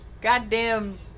goddamn